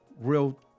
real